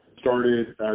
Started